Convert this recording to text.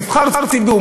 נבחר ציבור,